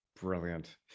brilliant